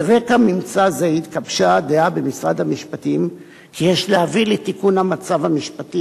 על רקע ממצא זה התגבשה דעה במשרד המשפטים שיש להביא לתיקון המצב המשפטי